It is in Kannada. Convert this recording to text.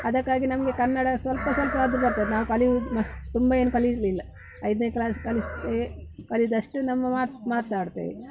ಅದಕ್ಕಾಗಿ ನಮಗೆ ಕನ್ನಡ ಸ್ವಲ್ಪ ಸ್ವಲ್ಪ ಆದರು ಬರ್ತದೆ ನಾವು ಕಲಿಯುವುದು ಮಸ್ತ್ ತುಂಬ ಏನು ಕಲಿಲಿಲ್ಲ ಐದನೆ ಕ್ಲಾಸ್ ಕಲಿಸ ಯೆ ಕಲಿತಷ್ಟು ನಮ್ಮ ಮಾತು ಮಾತಾಡ್ತೇವೆ